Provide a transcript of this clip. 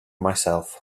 myself